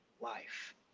life